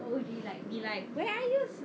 O_G like be like where are you